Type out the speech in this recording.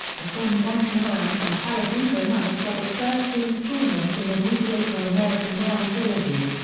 films anchorman and talladega nights were the first two installments in the mediocre american man trilogy.